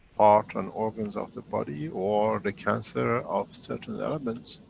heart and organs of the body, or the cancer ah of certain elements,